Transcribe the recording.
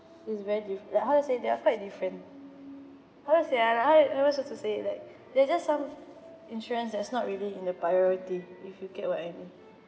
is very dif~ like how to say they are quite different how to say ah I I just want to say like they just some insurance that's not really in the priority if you get what I mean